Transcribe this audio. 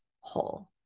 whole